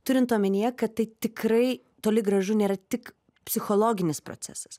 turint omenyje kad tai tikrai toli gražu nėra tik psichologinis procesas